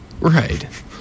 Right